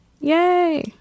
Yay